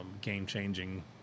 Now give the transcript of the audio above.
game-changing